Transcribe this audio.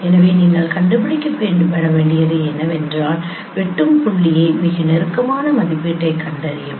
எனவே நீங்கள் கண்டுபிடிக்க வேண்டியது என்னவென்றால் வெட்டும் புள்ளியை மிக நெருக்கமான மதிப்பீட்டைக் கண்டறியவும்